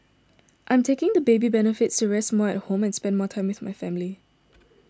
I'm taking the baby benefits to rest more at home and spend more time with my family